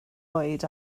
oed